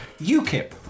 UKIP